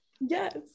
Yes